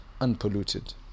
unpolluted